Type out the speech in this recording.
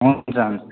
हुन्छ हुन्छ